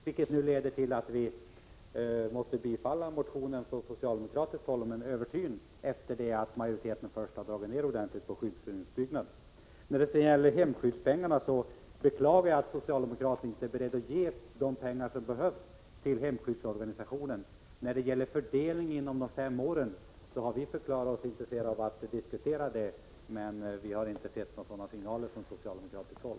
Detta leder till att vi nu måste bifalla en motion från socialdemokratiskt håll om en översyn efter det att majoriteten först har dragit ner ordentligt på anslagen till skyddsrumsbyggandet. Jag beklagar att socialdemokraterna inte är beredda att ge de pengar som behövs till hemskyddsorganisationen. Vi har förklarat oss vara beredda att diskutera fördelningen inom de fem åren, men vi har inte fått några sådana signaler från socialdemokratiskt håll.